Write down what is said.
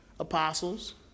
Apostles